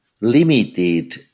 limited